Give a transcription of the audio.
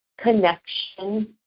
connection